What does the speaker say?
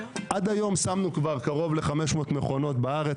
עד היום שמנו כבר קרוב ל-500 מכונות בארץ,